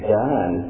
done